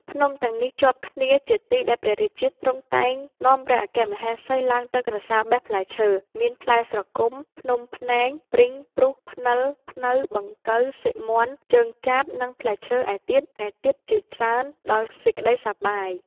ភ្នំទាំងនេះជាប់គ្នា ជាទីដែលព្រះរាជាទ្រង់តែងនាំព្រះអគ្គមហេសីឡើងទៅក្រសាលបេះផ្លែឈើ មានផ្លែស្រគំ ភ្នំភ្នែង ព្រីង ព្រូស ព្និល ព្នៅ បង្គៅ សិរមាន់ ជើងចាប និងផ្លែឈើឯទៀតៗជាច្រើន ដោយសេចក្ដីសប្បាយ ។